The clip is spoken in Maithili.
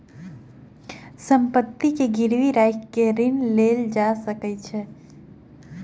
संपत्ति के गिरवी राइख के ऋण लेल जा सकै छै